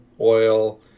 oil